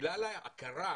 ובגלל ההכרה